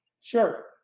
Sure